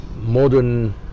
modern